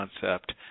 concept